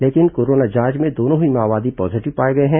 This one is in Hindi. लेकिन कोरोना जांच में दोनों ही माओवादी पॉजीटिव पाए गए हैं